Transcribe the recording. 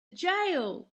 jail